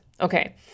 Okay